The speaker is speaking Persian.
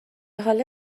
حالا